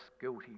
guilty